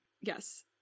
Yes